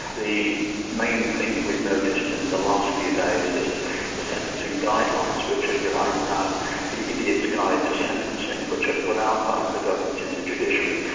the main thing that we've noticed in the last few days is that the sentencing guidelines, which, if you like, are the idiot's guide to sentencing, which are put out by and the government and the judiciary,